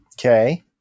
Okay